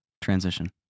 Transition